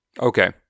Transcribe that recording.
Okay